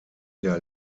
der